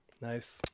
Nice